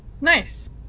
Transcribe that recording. Nice